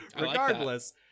regardless